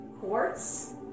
quartz